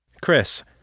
Chris